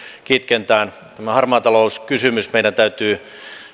kitkentään tämä harmaa talous kysymys meidän täytyy